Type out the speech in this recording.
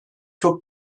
çok